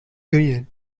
union